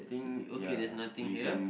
see okay there's nothing here